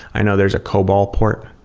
i know there's a cobal part.